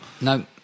No